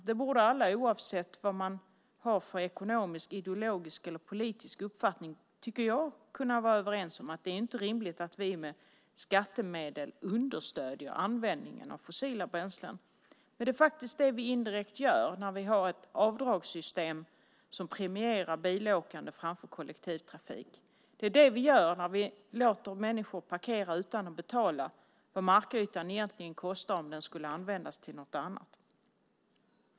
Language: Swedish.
Det borde alla, oavsett vad man har för ekonomisk, ideologisk eller politisk uppfattning, tycker jag, kunna vara överens om. Det är inte rimligt att vi med skattemedel understöder användningen av fossila bränslen. Det är faktiskt det vi indirekt gör när vi har ett avdragssystem som premierar bilåkande framför kollektivtrafik. Det är det vi gör när vi låter människor parkera utan att betala vad markytan egentligen kostar om den skulle användas till något annat.